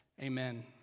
Amen